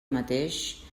mateix